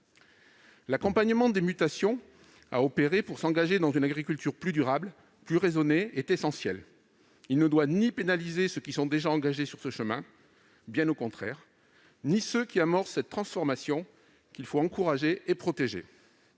L'accompagnement des mutations à opérer pour s'engager dans une agriculture plus durable, plus raisonnée, est essentiel. Il ne doit pénaliser ni ceux qui sont déjà engagés sur ce chemin, bien contraire, ni ceux qui amorcent cette transformation qu'il faut encourager et protéger,